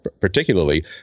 particularly